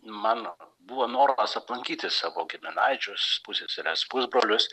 mano buvo noras aplankyti savo giminaičius pusseseres pusbrolius